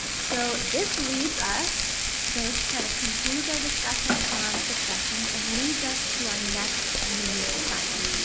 so this leads us this kind of concludes our discussion on succession and leads us to our next mini assignment.